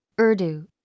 Urdu